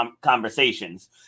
conversations